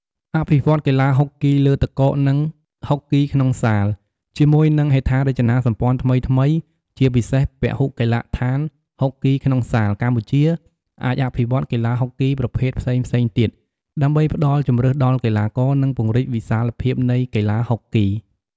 អភិវឌ្ឍកីឡាហុកគីលើទឹកកក និងហុកគីក្នុងសាល ជាមួយនឹងហេដ្ឋារចនាសម្ព័ន្ធថ្មីៗ ជាពិសេសពហុកីឡដ្ឋានហុកគីក្នុងសាល កម្ពុជាអាចអភិវឌ្ឍកីឡាហុកគីប្រភេទផ្សេងៗទៀត ដើម្បីផ្តល់ជម្រើសដល់កីឡាករ និងពង្រីកវិសាលភាពនៃកីឡាហុកគី។